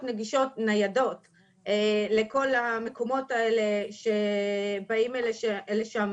נגישות ניידות לכל המקומות האלה שבאים לשם,